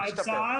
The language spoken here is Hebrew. בואו נטפל בה.